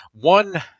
one